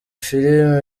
filime